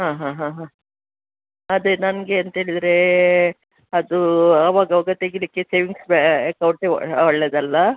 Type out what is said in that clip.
ಹಾಂ ಹಾಂ ಹಾಂ ಹಾಂ ಅದೇ ನನಗೆ ಅಂತ ಹೇಳಿದರೆ ಅದು ಅವಾಗ ಆವಾಗ ತೆಗಿಯಲಿಕ್ಕೆ ಸೇವಿಂಗ್ಸ್ ಬ್ಯಾಂಕ್ ಅಕೌಂಟೆ ಒಳ್ಳೆಯದಲ್ಲ